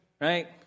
right